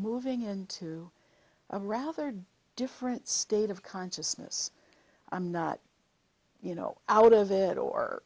moving into a rather different state of consciousness i'm not you know out of it or